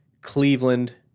Cleveland